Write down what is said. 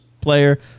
player